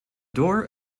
door